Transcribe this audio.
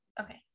Okay